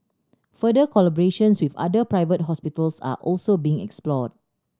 further collaborations with other private hospitals are also being explored